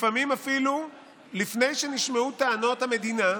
לפעמים אפילו לפני שנשמעו טענות המדינה,